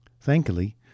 Thankfully